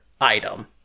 item